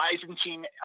Byzantine